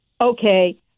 okay